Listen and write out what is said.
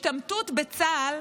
השתמטות בצה"ל